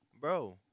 bro